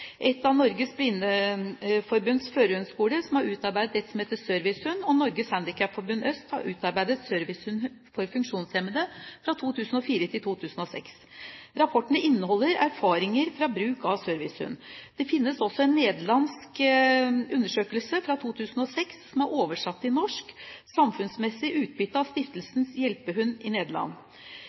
av Norges Blindeforbunds førerhundsskoler, som har utarbeidet Servicehund, og så har Norges Handikapforbund Øst utarbeidet Servicehund for funksjonshemmede 2004–2006. Rapportene innholder erfaringer fra bruk av servicehund. Det finnes også en nederlandsk undersøkelse fra 2006 som er oversatt til norsk: «Samfunnsmessig utbytte av Stiftelsen Hjelpehund Nederland».